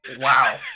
Wow